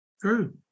true